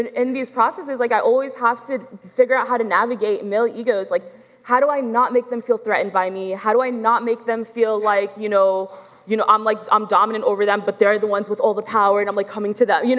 and in these processes, like i always have to figure out how to navigate male egos, like how do i not make them feel threatened by me, how do i not make them feel like you know you know like, i'm dominate over them but they're the ones with all the power and i'm like coming to them, you know